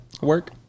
work